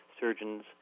surgeon's